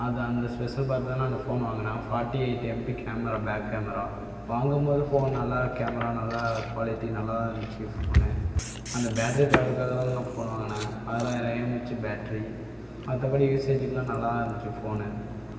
அது அந்த ஸ்பெஷல் பார்த்துதான் நான் அந்த ஃபோன் வாங்கினேன் forty eight MP camera back camera வாங்கும் போது ஃபோன் நல்லா கேமரா நல்லா குவாலிட்டி நல்லாதான் இருந்துச்சு ஃபோனு அந்த பேட்டரி பவருக்குகாகதான் நான் அந்த ஃபோன் வாங்கினேன் ஆறாயிரம் ஏஎம்ஹெச் பேட்டரி மற்றபடி யூசேஜுக்லாம் நல்லாதான் இருந்துச்சு ஃபோனு